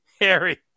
Harry